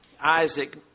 Isaac